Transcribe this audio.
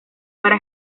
para